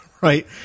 Right